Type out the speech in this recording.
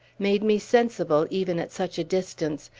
made me sensible, even at such a distance,